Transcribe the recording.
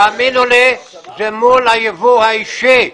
תאמינו לי, זה מול היבוא האישי.